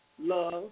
love